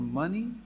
money